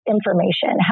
information